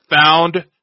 found